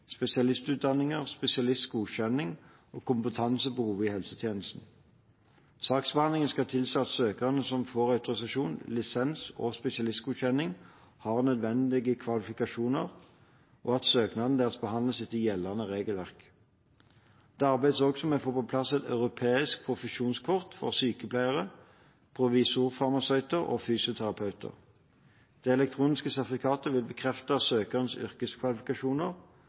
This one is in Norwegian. spesialistutdanninger, spesialistgodkjenning og kompetansebehov i helsetjenestene. Saksbehandlingen skal tilse at søkere som får autorisasjon, lisens og spesialistgodkjenning, har nødvendige kvalifikasjoner, og at søknadene deres behandles etter gjeldende regelverk. Det arbeides også med å få på plass et europeisk profesjonskort for sykepleiere, provisorfarmasøyter og fysioterapeuter. Det elektroniske sertifikatet vil bekrefte søkerens yrkeskvalifikasjoner,